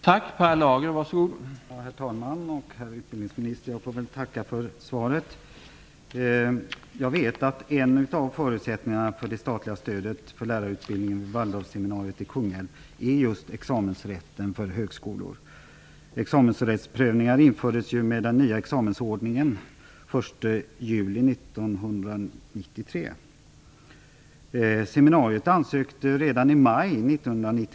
Herr talman! Herr utbildningsminister! Jag ber att få tacka för svaret. Jag vet att en av förutsättningarna för det statliga stödet för lärarutbildningen vid Waldorfseminariet i Kungälv är just examensrätten för högskolor. Examensrättsprövningar infördes ju den 1 juli 1993 ansökte seminariet om examensrätt.